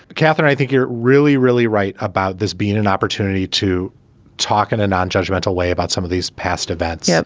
catherine, i think you're really, really right about this being an opportunity to talk in a non-judgmental way about some of these past events yeah